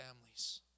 families